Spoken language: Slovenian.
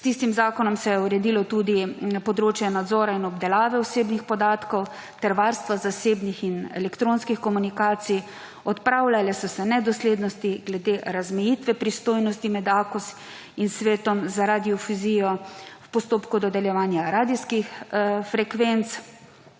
S tistim zakonom se je uredilo tudi področje nadzora in obdelave osebnih podatkov ter varstva zasebnih in elektronskih komunikacij, odpravljale so se nedoslednosti glede razmejitve pristojnosti med Akosom in Svetom za radiodifuzijo v postopku dodeljevanja radijskih frekvenc,